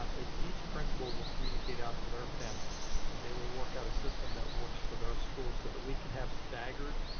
as each principal will communicate out to their families and they will work out a system that works for their school so that we can have staggered